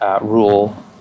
rule